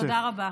תודה רבה.